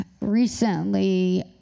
recently